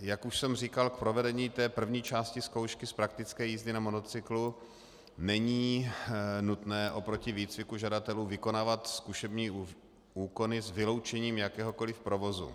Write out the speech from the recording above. Jak už jsem říkal, k provedení té první části zkoušky z praktické jízdy na motocyklu není nutné oproti výcviku žadatelů vykonávat zkušební úkony s vyloučením jakéhokoli provozu.